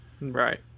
Right